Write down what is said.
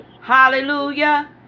Hallelujah